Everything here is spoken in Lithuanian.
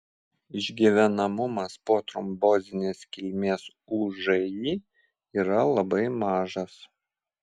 išgyvenamumas po trombozinės kilmės ūži yra labai mažas